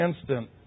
instant